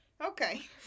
Okay